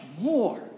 more